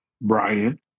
Brian